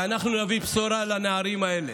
ואנחנו נביא בשורה לנערים האלה.